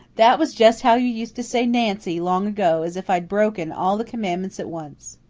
that was just how you used to say nancy long ago, as if i'd broken all the commandments at once.